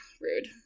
Rude